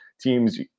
teams